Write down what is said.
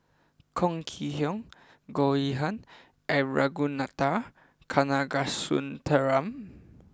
Chong Kee Hiong Goh Yihan and Ragunathar Kanagasuntheram